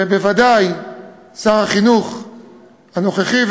ובוודאי שר החינוך הנוכחי,